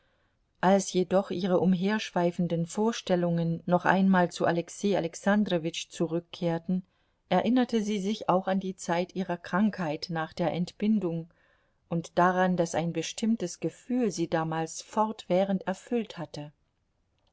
als jedoch ihre umherschweifenden vorstellungen noch einmal zu alexei alexandrowitsch zurückkehrten erinnerte sie sich auch an die zeit ihrer krankheit nach der entbindung und daran daß ein bestimmtes gefühl sie damals fortwährend erfüllt hatte